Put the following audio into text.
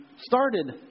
started